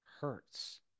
hurts